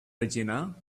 regina